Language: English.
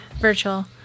virtual